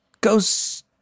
goes